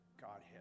Godhead